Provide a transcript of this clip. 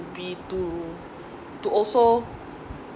be to to also